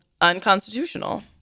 unconstitutional